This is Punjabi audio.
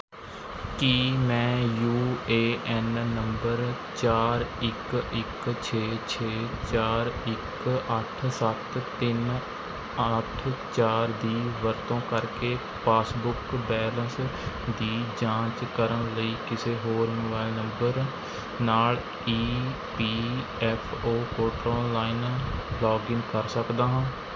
ਕੀ ਮੈਂ ਯੂ ਏ ਐੱਨ ਨੰਬਰ ਚਾਰ ਇੱਕ ਇੱਕ ਛੇ ਛੇ ਚਾਰ ਇੱਕ ਅੱਠ ਸੱਤ ਤਿੰਨ ਅੱਠ ਚਾਰ ਦੀ ਵਰਤੋਂ ਕਰਕੇ ਪਾਸਬੁੱਕ ਬੈਲੇਂਸ ਦੀ ਜਾਂਚ ਕਰਨ ਲਈ ਕਿਸੇ ਹੋਰ ਮੋਬਾਇਲ ਨੰਬਰ ਨਾਲ E P F O portal line login ਕਰ ਸਕਦਾ ਹਾਂ